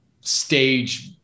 stage